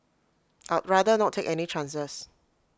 I'd rather not take any chances